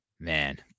Man